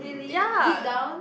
ya